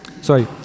sorry